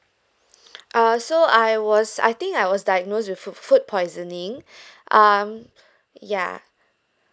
uh so I was I think I was diagnosed with food food poisoning um yeah